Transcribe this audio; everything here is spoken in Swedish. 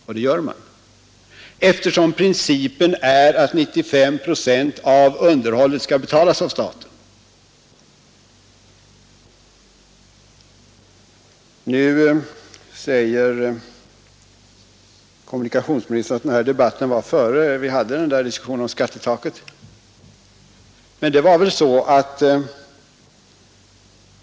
Men det gör man eftersom principen är att 95 procent av underhållskostnaderna skall betalas av staten. Nu säger kommunikationsministern att den debatten var före överenskommelsen om kommunernas skattetak.